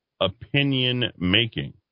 opinion-making